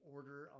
Order